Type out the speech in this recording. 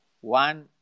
one